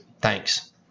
Thanks